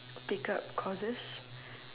pick up courses